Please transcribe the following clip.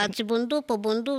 atsibundu pabundu